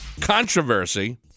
controversy